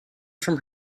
from